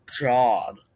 god